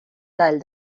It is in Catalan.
tall